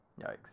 yikes